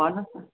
भन्नु होस् न